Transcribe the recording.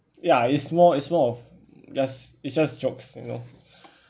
ya is more is more of just it's just jokes you know